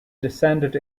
descended